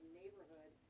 neighborhood